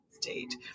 state